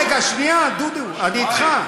רגע, שנייה, דודו, אני אתך.